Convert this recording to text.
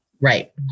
right